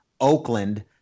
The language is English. Oakland